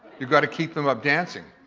you've gotta keep them up dancing,